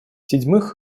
седьмых